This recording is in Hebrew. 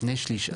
שני שליש,